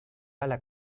ala